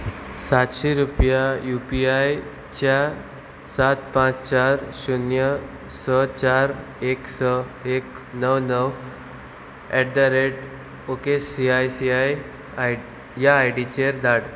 सातशी रुपया U P I च्या सात पांच चार शुन्य स चार एक स एक णव णव at the rate O K C I C I I ह्या आयडीचेर धाड